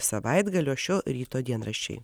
savaitgalio šio ryto dienraščiai